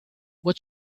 what